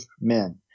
men